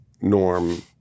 Norm